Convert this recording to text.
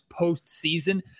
postseason